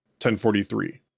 1043